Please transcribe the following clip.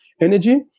energy